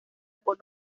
por